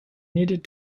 needed